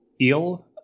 Eel